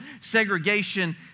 segregation